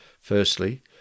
firstly